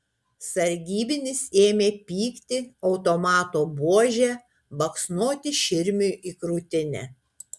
sargybinis ėmė pykti automato buože baksnoti širmiui į krūtinę